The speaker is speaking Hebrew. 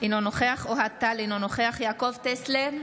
אינו נוכח אוהד טל, אינו נוכח יעקב טסלר,